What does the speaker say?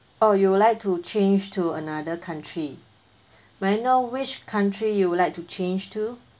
oh you would like to change to another country may I know which country you would like to change to